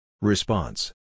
Response